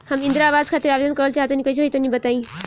हम इंद्रा आवास खातिर आवेदन करल चाह तनि कइसे होई तनि बताई?